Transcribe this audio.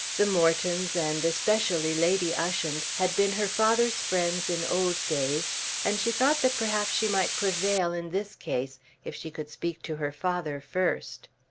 the mortons, and especially lady ushant, had been her father's friends in old days and she thought that perhaps she might prevail in this case if she could speak to her father first.